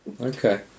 Okay